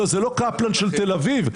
זה לא קפלן של תל אביב,